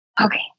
Okay